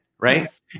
Right